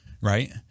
right